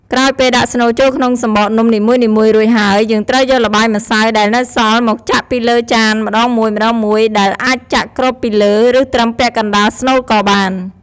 ក្រោយពេលដាក់ស្នូលចូលក្នុងសំបកនំនីមួយៗរួចហើយ យើងត្រូវយកល្បាយម្សៅដែលនៅសល់មកចាក់ពីលើចានម្ដងមួយៗ ដែលអាចចាក់គ្របពីលើ ឬត្រឹមពាក់កណ្ដាលស្នូលក៏បាន។